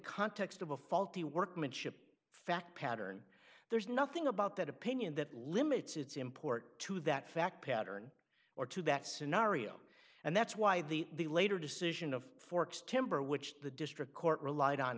context of a faulty workmanship fact pattern there's nothing about that opinion that limits its import to that fact pattern or to that scenario and that's why the later decision of forks timber which the district court relied on